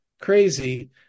crazy